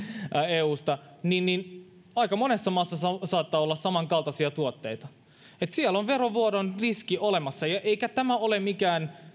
eusta niin niin aika monessa maassa saattaa olla samankaltaisia tuotteita eli siellä on verovuodon riski olemassa eikä tämä ole mikään